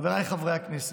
חבריי חברי הכנסת,